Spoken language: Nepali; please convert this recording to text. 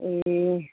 ए